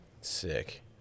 Sick